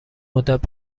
مدت